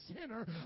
sinner